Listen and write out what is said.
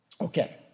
Okay